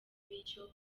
n’icyo